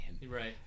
Right